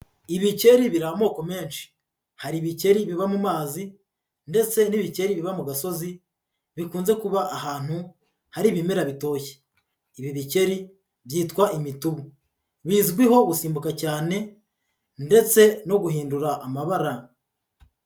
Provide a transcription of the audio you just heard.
Ibikeri biri amoko menshi, hari ibikeri biba mu mazi ndetse n'ibikeri biba mu gasozi bikunze kuba ahantu hari ibimera bitoshye, ibi bikeri byitwa imitubu, bizwiho gusimbuka cyane ndetse no guhindura amabara.